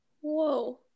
Whoa